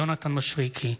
יונתן מישרקי,